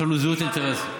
יש לנו זהות אינטרסים.